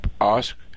Ask